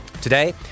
Today